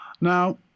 now